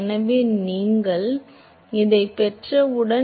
எனவே நீங்கள் இதைப் பெற்றவுடன்